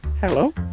Hello